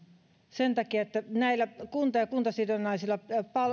sen takia että näillä kunnallisilla ja kuntasidonnaisilla